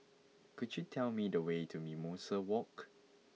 could you tell me the way to Mimosa Walk